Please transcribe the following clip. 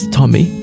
Tommy